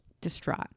distraught